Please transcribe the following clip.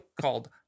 called